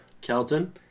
Kelton